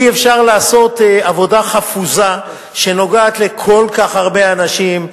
אי-אפשר לעשות עבודה חפוזה שנוגעת לכל כך הרבה אנשים,